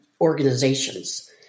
organizations